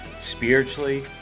spiritually